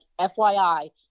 FYI